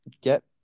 get